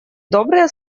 добрые